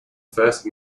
first